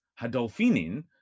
Hadolfinin